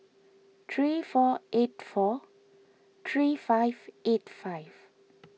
three four eight four three five eight five